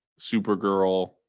Supergirl